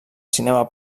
cinema